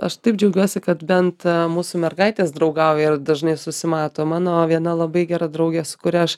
aš taip džiaugiuosi kad bent mūsų mergaitės draugauja ir dažnai susimato mano viena labai gera draugė su kuria aš